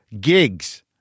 Gigs